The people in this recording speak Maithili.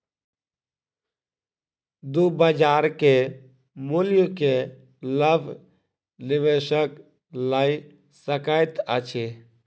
दू बजार के मूल्य के लाभ निवेशक लय सकैत अछि